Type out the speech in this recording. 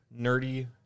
nerdy